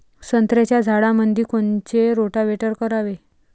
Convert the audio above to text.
संत्र्याच्या झाडामंदी कोनचे रोटावेटर करावे?